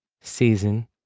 season